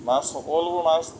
মাছ সকলোবোৰ মাছ